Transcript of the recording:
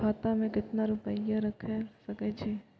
खाता में केतना रूपया रैख सके छी?